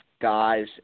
guys